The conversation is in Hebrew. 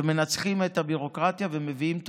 ומנצחים את הביורוקרטיה ומביאים תוצאה.